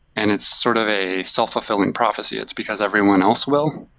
and it's sort of a self-fulfilling prophecy, it's because everyone else will,